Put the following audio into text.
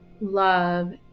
love